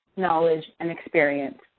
knowledge, and experience.